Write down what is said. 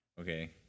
Okay